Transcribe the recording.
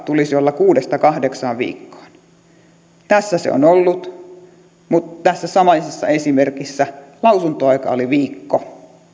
tulisi olla kuudesta kahdeksaan viikkoon tässä se on ollut mutta tässä samaisessa esimerkissä lausuntoaikaa oli viikko